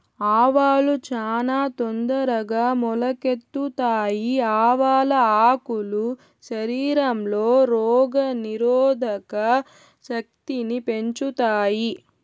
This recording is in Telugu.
ఆవాలు చానా తొందరగా మొలకెత్తుతాయి, ఆవాల ఆకులు శరీరంలో రోగ నిరోధక శక్తిని పెంచుతాయి